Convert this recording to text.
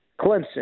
Clemson